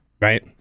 Right